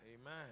Amen